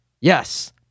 Yes